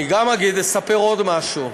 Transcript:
אני אספר עוד משהו: